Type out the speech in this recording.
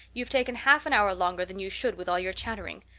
you've taken half an hour longer than you should with all your chattering.